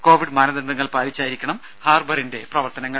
Covid മാനദണ്ഡങ്ങൾ പാലിച്ചായിരിക്കണം ഹാർബറിന്റെ പ്രവർത്തനങ്ങൾ